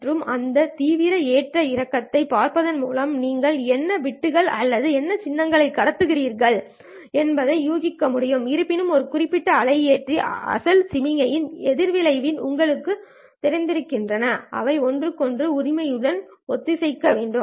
மற்றும் அந்த தீவிர ஏற்ற இறக்கங்களைப் பார்ப்பதன் மூலம் நீங்கள் என்ன பிட்கள் அல்லது எந்த சின்னங்களை கடத்துகிறீர்கள் என்பதை ஊகிக்க முடியும் இருப்பினும் இது குறிப்பிட்ட அலையியற்றி அசல் சமிக்ஞையும் அதிர்வெண்ணில் உங்களுக்குத் தெரிந்திருக்கின்றன அவை ஒன்றுக்கொன்று உரிமையுடன் ஒத்திசைக்கப்பட வேண்டும்